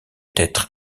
être